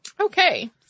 Okay